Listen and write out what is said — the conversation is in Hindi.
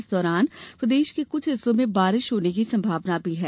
इस दौरान प्रदेश के कुछ हिस्सों में बारिश होने की संभावना भी है